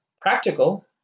practical